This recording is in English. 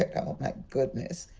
like oh, my goodness,